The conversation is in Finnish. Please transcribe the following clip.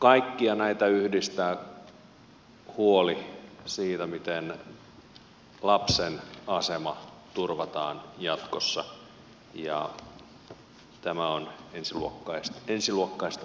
kaikkia näitä yhdistää huoli siitä miten lapsen asema turvataan jatkossa ja tämä on ensiluokkaista työtä mitä olette tehneet